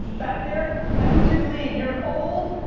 back there, i need you to leave. you're old,